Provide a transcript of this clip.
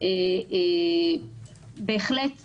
בהחלט סבורים,